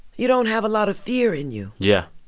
you don't have a lot of fear in you yeah,